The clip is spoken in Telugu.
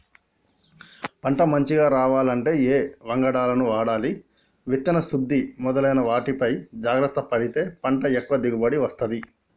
పంట మంచిగ రావాలంటే ఏ వంగడాలను వాడాలి విత్తన శుద్ధి మొదలైన వాటిపై జాగ్రత్త పడితే పంట ఎక్కువ దిగుబడి వస్తది